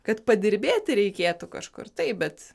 kad padirbėti reikėtų kažkur taip bet